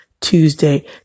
Tuesday